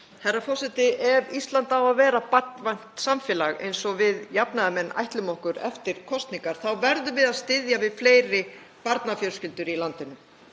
Herra forseti. Ef Ísland á að vera barnvænt samfélag, eins og við jafnaðarmenn ætlum okkur eftir kosningar, verðum við að styðja við fleiri barnafjölskyldur í landinu.